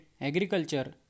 agriculture